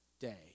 day